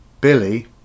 Billy